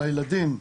לילדים.